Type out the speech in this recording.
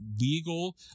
legal